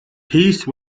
piece